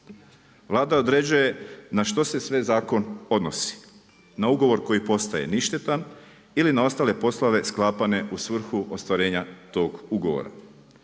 Vlada određuje na što se sve zakon odnosi. Na ugovor koji postaje ništetan ili na ostale poslove sklapane u svrhu ostvarenja tog ugovora.